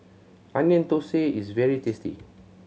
Onion Thosai is very tasty